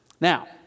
Now